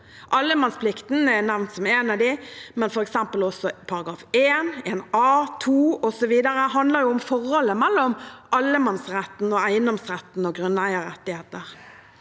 Allemannsplikten er nevnt som en av dem, men også §§ 1, 1 a, 2, osv., handler om forholdet mellom allemannsretten og eiendomsretten og grunneierrettigheter.